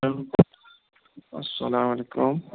hello اَسَلام علیکُم